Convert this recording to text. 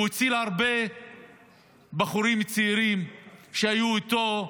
והוא הציל הרבה בחורים צעירים שהיו איתו.